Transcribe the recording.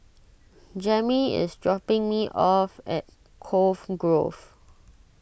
Jammie is dropping me off at Cove Grove